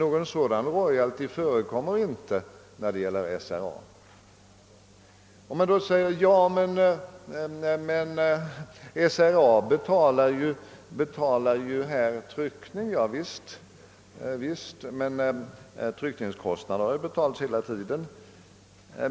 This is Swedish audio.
Någon sådan royalty betalas inte av SRA. Om man då säger att SRA betalar tryckningen, så vill jag framhålla, att tryckningskostnaderna ju har betalats hela tiden.